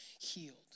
healed